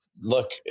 look